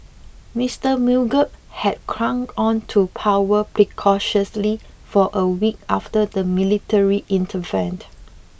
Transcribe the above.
Mister Mugabe had clung on to power precariously for a week after the military intervened